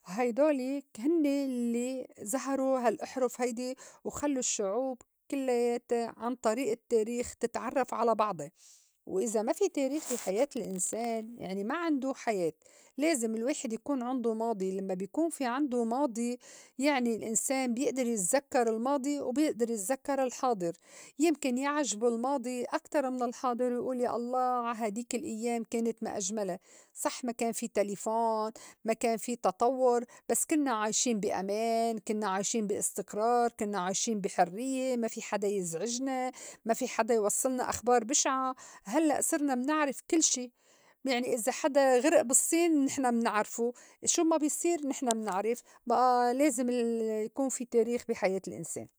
هيدوليك هنّي الّي ظهروا هال اِحرف هيدي وخلّو الشّعوب كلياتها عن طريق التّاريخ تتعرّف على بعضا. وإذا ما في تاريخ بحياة الأنسان يعني ما عنده حياة. لازم الواحد يكون عنده ماضي لمّا بيكون في عنده ماضي يعني الإنسان يبئدر يتذكّر الماضي وبيئدر يتذكّر الحاضر. يمكن يعجبو الماضي أكتر من الحاضر يقول يا الله عا هيديك الأيّام كانت ما أجملا. صح ما كان في تلفون، ما كان في تطوّر، بس كنّا عايشين بي أمان، كنّا عايشين بي استقرار، كنّا عايشين بي حريّة، ما في حدا يزعجنا، ما في حدا يوصّلنا أخبار بشعة. هلّأ صرنا منعرف كل شي يعني إذا حدا غرق بالصّين نحن منعرفو شو ما بي صير نحن منعرف بقى لازم ال يكون في تاريخ بي حياة الإنسان.